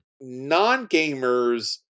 non-gamers